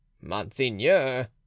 monseigneur